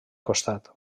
costat